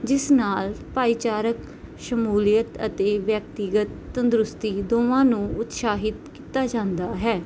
ਜਿਸ ਨਾਲ ਭਾਈਚਾਰਕ ਸ਼ਮੂਲੀਅਤ ਅਤੇ ਵਿਅਕਤੀਗਤ ਤੰਦਰੁਸਤੀ ਦੋਵਾਂ ਨੂੰ ਉਤਸਾਹਿਤ ਕੀਤਾ ਜਾਂਦਾ ਹੈ